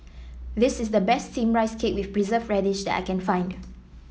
this is the best steamed Rice Cake with Preserved Radish that I can find